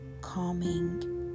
calming